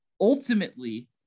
ultimately